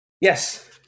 yes